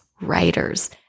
writers